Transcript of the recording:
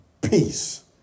peace